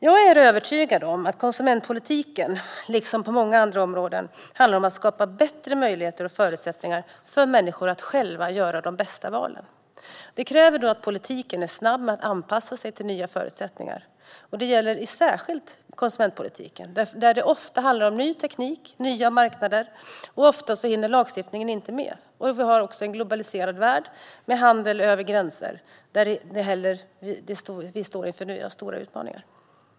Jag är övertygad om att konsumentpolitiken, liksom många andra politikområden, ska handla om att skapa bättre möjligheter och förutsättningar för människor att själva göra de bästa valen. Det kräver att politiken är snabb med att anpassa sig till nya förutsättningar. Det gäller särskilt konsumentpolitiken, där det ofta handlar om ny teknik och nya marknader. Ofta hinner lagstiftningen inte med. Vi har också en globaliserad värld med handel över gränser, och där står vi inför nya stora utmaningar.